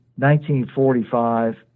1945